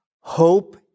hope